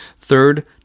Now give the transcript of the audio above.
Third